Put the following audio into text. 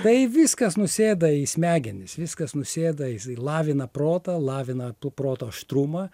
tai viskas nusėda į smegenis viskas nusėda jis lavina protą lavina tu proto aštrumą